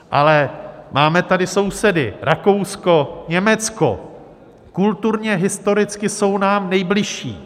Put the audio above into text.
Ale máme tady sousedy, Rakousko, Německo, kulturněhistoricky jsou nám nejbližší.